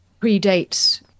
predates